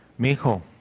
mijo